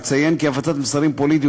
אציין כי הפצת מסרים פוליטיים,